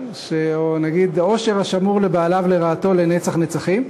או נגיד עושר השמור לבעליו לרעתו לנצח נצחים.